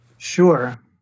Sure